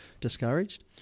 discouraged